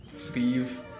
Steve